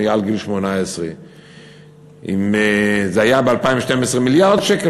מעל גיל 18. אם זה היה ב-2012 מיליארד שקל,